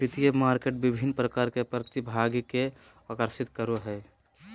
वित्तीय मार्केट विभिन्न प्रकार के प्रतिभागि के आकर्षित करो हइ